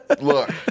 Look